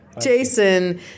Jason